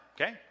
okay